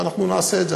ואנחנו נעשה את זה.